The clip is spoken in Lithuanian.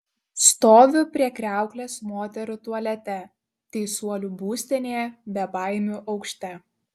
stoviu prie kriauklės moterų tualete teisuolių būstinėje bebaimių aukšte